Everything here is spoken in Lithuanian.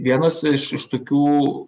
vienas iš iš tokių